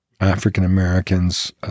African-Americans